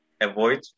avoid